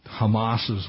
Hamas's